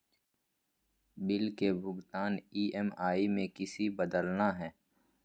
Bill के भुगतान EMI में किसी बदलना है?